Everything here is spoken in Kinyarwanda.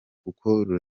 kuko